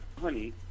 honey